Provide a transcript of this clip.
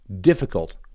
difficult